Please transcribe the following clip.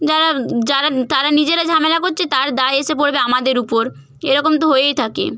যারা তারা নিজেরা ঝামেলা করছে তার দায় এসে পড়বে আমাদের উপর এরকম তো হয়েই থাকে